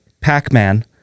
Pac-Man